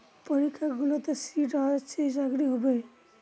পরীক্ষাগুলোতে সিট আছে চাকরি হবে